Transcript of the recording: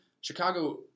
Chicago